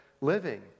living